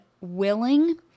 willing